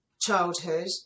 childhood